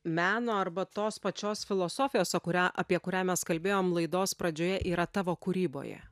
meno arba tos pačios filosofijos o kurią apie kurią mes kalbėjom laidos pradžioje yra tavo kūryboje